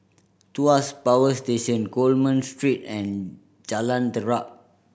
Tuas Power Station Coleman Street and Jalan Terap